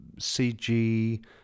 CG